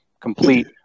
complete